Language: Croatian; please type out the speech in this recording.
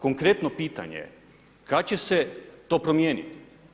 Konkretno pitanje je, kada će se to promijeniti?